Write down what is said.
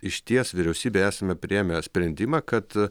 išties vyriausybėj esame priėmę sprendimą kad